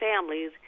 families